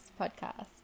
Podcast